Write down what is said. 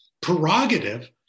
prerogative